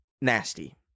nasty